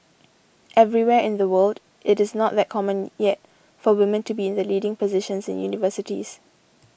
everywhere in the world it is not that common yet for women to be in the leading positions in universities